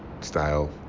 style